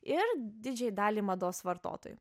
ir didžiajai daliai mados vartotojų